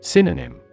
Synonym